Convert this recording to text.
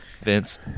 Vince